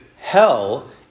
hell